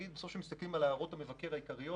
כשמסתכלים על הערות המבקר העיקריות